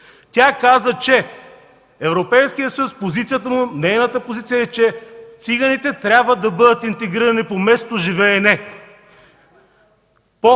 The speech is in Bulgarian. Тя каза, че Европейският съюз, позицията му, нейната позиция е, че циганите трябва да бъдат интегрирани по местоживеене.